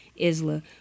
isla